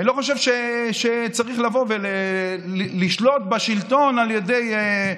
אני לא חושב שצריך לשלוט בשלטון על ידי,